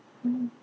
mm